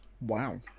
Wow